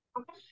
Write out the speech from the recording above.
Okay